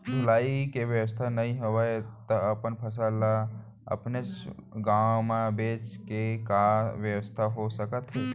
ढुलाई के बेवस्था नई हवय ता अपन फसल ला अपनेच गांव मा बेचे के का बेवस्था हो सकत हे?